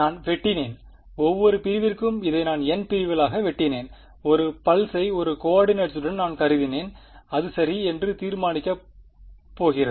நான் வெட்டினேன் ஒவ்வொரு பிரிவிற்கும் இதை நான் n பிரிவுகளாக வெட்டினேன் 1 பல்ஸை ஒரு கோஆர்டினெட்சுடன் நான் கருதினேன் அது சரி என்று தீர்மானிக்கப் போகிறது